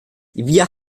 wir